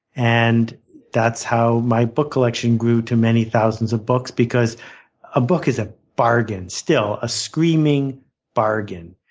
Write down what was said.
and that's how my book collection grew to many thousands of books because a book is a bargain, still a screaming bargain.